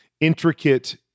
intricate